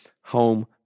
home